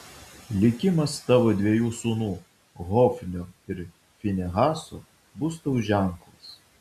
likimas tavo dviejų sūnų hofnio ir finehaso bus tau ženklas